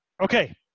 Okay